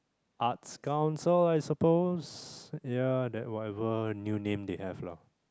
arts council I suppose yeah that whatever new name they have lah